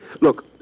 Look